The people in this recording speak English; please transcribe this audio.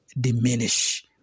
diminish